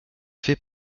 fait